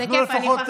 אז תנו לה לפחות